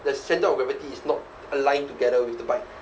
the centre of gravity is not aligned together with the bike